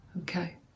Okay